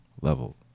level